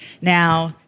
Now